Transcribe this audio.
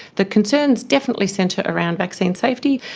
the concerns definitely centre around vaccine safety.